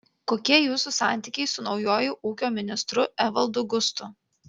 kokie jūsų santykiai su naujuoju ūkio ministru evaldu gustu